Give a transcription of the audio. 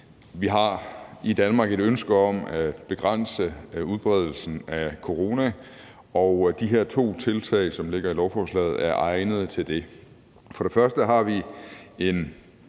vi i Danmark har et ønske om at begrænse udbredelsen af corona, og de her to tiltag, som ligger i lovforslaget, er egnede til det. For det første går vi væk